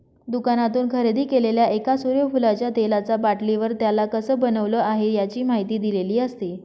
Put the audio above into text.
दुकानातून खरेदी केलेल्या एका सूर्यफुलाच्या तेलाचा बाटलीवर, त्याला कसं बनवलं आहे, याची माहिती दिलेली असते